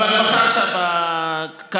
בוא נעביר את זה.